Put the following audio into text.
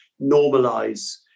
normalize